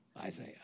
Isaiah